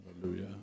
Hallelujah